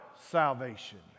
salvation